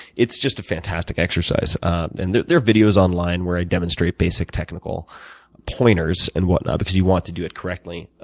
it's just a fantastic exercise, and there are videos online where i demonstrate basic technical pointers and whatnot because you want to do it correctly.